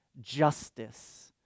justice